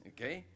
Okay